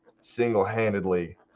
single-handedly